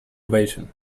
ovation